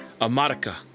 America